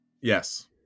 Yes